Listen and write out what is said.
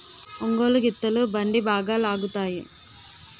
ఒంగోలు గిత్తలు బండి బాగా లాగుతాయి